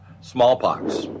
smallpox